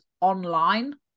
online